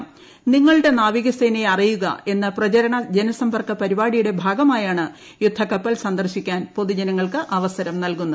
നിങ്ങളുടെ നാവികസേനയെ അറിയുക് എന്ന പ്രചരണ ജനസമ്പർക്ക പരിപാടിയുടെ ഭാഗമായാണ് യുദ്ധക്കപ്പൽ സന്ദർശിക്കാൻ പൊതുജനങ്ങൾക്ക് അവസരം നൽകുന്നത്